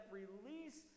release